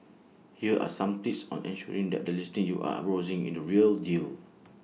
here are some tips on ensuring that the listing you are browsing is the real deal